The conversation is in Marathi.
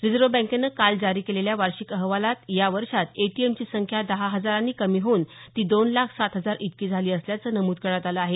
रिझर्व्ह बँकेनं काल जारी केलेल्या वार्षिक अहवालात या वर्षात एटीएमची संख्या दहा हजारांनी कमी होवून ती दोन लाख सात हजार इतकी झाली असल्याचं नमूद करण्यात आलं आहे